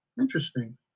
Interesting